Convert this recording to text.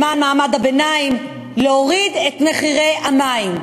למען מעמד הביניים, להוריד את מחירי המים.